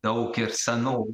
daug ir senų